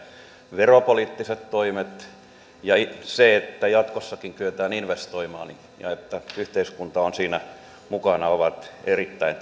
veropoliittiset toimet ja se että jatkossakin kyetään investoimaan ja että yhteiskunta on siinä mukana ovat erittäin